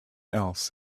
else